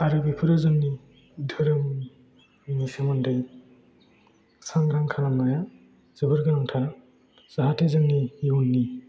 आरो बेफोरो जोंनि धोरोमनि सोमोन्दै सांग्रां खालामनाया जोबोर गोनांथार जाहाथे जोंनि न'नि